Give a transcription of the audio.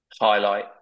highlight